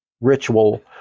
ritual